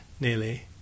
nearly